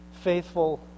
faithful